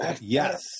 Yes